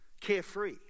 carefree